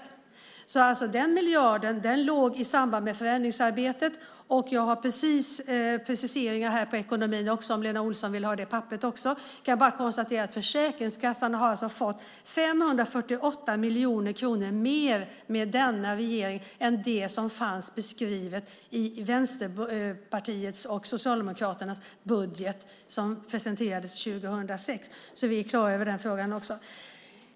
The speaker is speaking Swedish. Den miljard som tas upp låg i förändringsarbetet, och jag har med mig ett papper med preciseringar på ekonomin ifall Lena Olsson vill ha det. Jag kan konstatera att Försäkringskassan alltså fått 548 miljoner kronor mer med denna regering än det som fanns beskrivet i Vänsterpartiets och Socialdemokraternas budget, som presenterades 2006. Detta sagt för att vi ska vara klara även över den frågan.